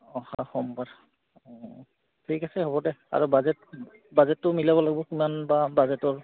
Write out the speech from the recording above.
অহা সোমবাৰ অঁ ঠিক আছে হ'ব দে আৰু বাজেট বাজেটটো মিলাব লাগিব কিমান বা বাজেটৰ